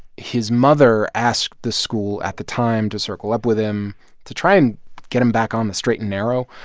his mother asked the school at the time to circle up with him to try and get him back on the straight and narrow.